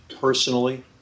personally